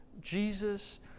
Jesus